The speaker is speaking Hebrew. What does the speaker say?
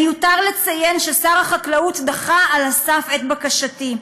מיותר לציין ששר החקלאות דחה על הסף את בקשתי.